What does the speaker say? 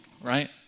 right